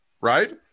Right